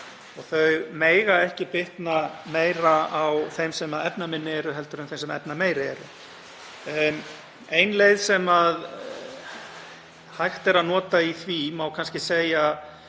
og þau mega ekki bitna meira á þeim sem efnaminni eru en þeim sem efnameiri eru. Ein leið sem hægt er að nota í því má kannski segja